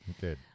Good